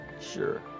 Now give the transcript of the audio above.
sure